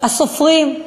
הסופרים.